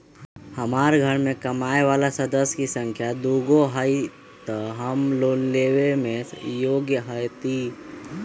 हमार घर मैं कमाए वाला सदस्य की संख्या दुगो हाई त हम लोन लेने में योग्य हती?